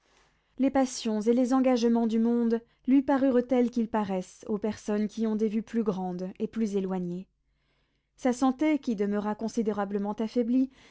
les passions et les engagements du monde lui parurent tels qu'ils paraissent aux personnes qui ont des vues plus grandes et plus éloignées sa santé qui demeura considérablement affaiblie